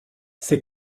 ces